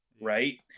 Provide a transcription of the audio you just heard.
right